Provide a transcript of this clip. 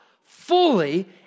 fully